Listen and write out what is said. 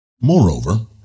Moreover